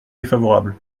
défavorable